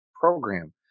program